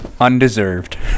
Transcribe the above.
undeserved